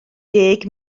deg